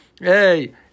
hey